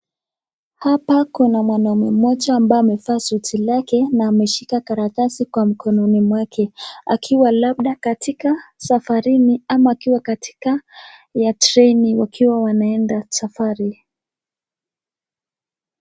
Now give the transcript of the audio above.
Hapa kuna mwanaume moja ambaye amevaa suti lake na ameshika karatasi kwa mikononi mwake akiwa labda katika safarini ama akiwa katika ya treni wakiwa wanaenda safari.